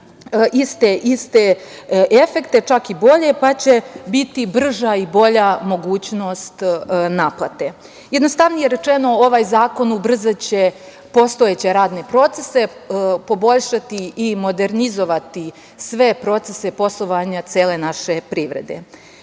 iste efekte, čak i bolje, pa će biti brža i bolja mogućnost naplate. Jednostavnije rečeno, ovaj zakon ubrzaće postojeće radne procese, poboljšati i modernizovati sve procese poslovanja cele naše privrede. Fazno